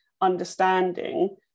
understanding